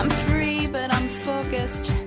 um free, but i'm focused.